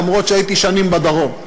אף שהייתי שנים בדרום: